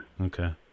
Okay